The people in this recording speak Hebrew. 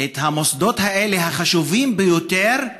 את המוסדות האלה, החשובים ביותר.